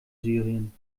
syrien